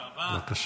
בבקשה.